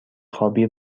خوابی